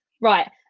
right